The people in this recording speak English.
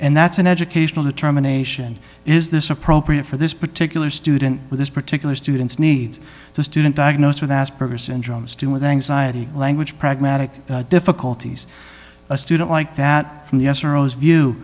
and that's an educational determination is this appropriate for this particular student with this particular student's needs the student diagnosed with asperger's syndrome still with anxiety language pragmatic difficulties a student like that from the